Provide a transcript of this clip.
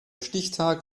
stichtag